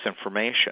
information